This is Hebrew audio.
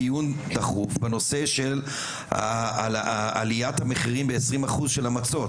לקיים דיון דחוף בנושא של עליית המחירים ב-20 אחוז של המצות,